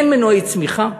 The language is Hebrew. אין מנועי צמיחה.